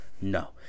No